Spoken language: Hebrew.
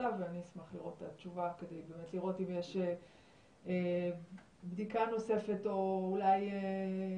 ואני אשמח לראות את התשובה כדי לראות אם יש בדיקה נוספת או אולי שיהיה